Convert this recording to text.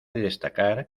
destacar